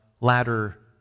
Latter